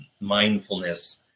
mindfulness